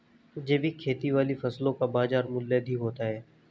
जैविक खेती वाली फसलों का बाजार मूल्य अधिक होता है